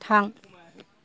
थां